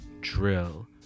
drill